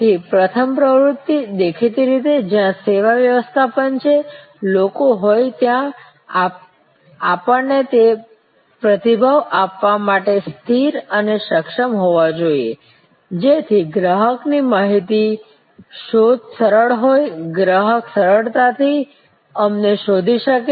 તેથી પ્રથમ પ્રવૃત્તિ દેખીતી રીતે જ્યાં સેવા વ્યવસ્થાપન છેલોકો હોઈ ત્યાં આપણ ને તે પ્રતિભાવ આપવા માટે સ્થિર અને સક્ષમ હોવા જોઈએ જેથી ગ્રાહકની માહિતી શોધ સરળ હોય ગ્રાહક સરળતાથી અમને શોધી શકે